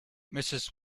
mrs